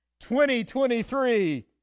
2023